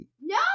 No